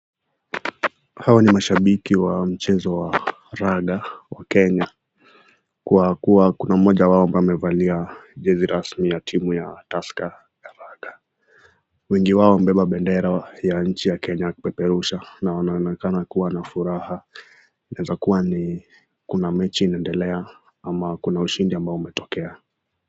Hawa ni mashabiki wa mchezo wa raga wa Kenya kwa kuwa kuna mmoja wao amevalia jezi rasmi ya timu ya Tusker ya raga. Wengi wao wamebeba bendera ya nchi ya Kenya wakipeperusha na wanaonekana kuwa na furaha inaweza kuwa kuna mechi inaendelea ama kuna ushindi ambao umetokea.